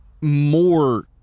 more